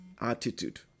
attitude